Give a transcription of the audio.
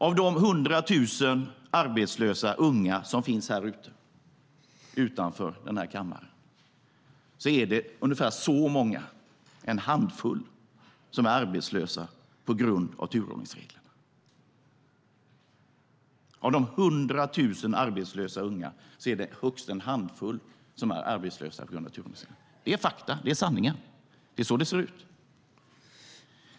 Av de hundra tusen arbetslösa unga som finns utanför denna kammare är det ungefär så här många, en handfull, som är arbetslösa på grund av turordningsreglerna. Av de hundra tusen arbetslösa unga är det högst en handfull som är arbetslösa på grund av turordningsreglerna. Det är fakta. Det är sanningen. Det är så det ser ut.